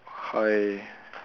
high